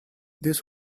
this